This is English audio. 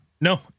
No